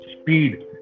speed